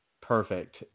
Perfect